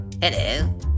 Hello